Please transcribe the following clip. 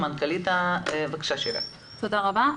תודה רבה.